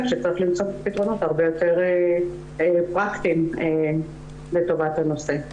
שצריך למצוא פתרונות הרבה יותר פרקטיים לטובת הנושא.